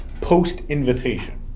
post-invitation